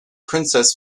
princess